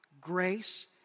grace